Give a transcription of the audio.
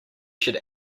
should